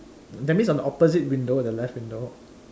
that means on the opposite window the left window